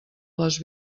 les